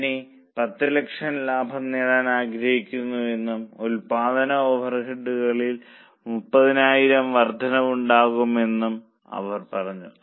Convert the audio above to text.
company 100000 ലാഭം നേടാൻ ആഗ്രഹിക്കുന്നുവെന്നും ഉൽപ്പാദന ഓവർഹെഡുകളിൽ 30000 വർധനയുണ്ടാകുമെന്നും അവർ പറഞ്ഞു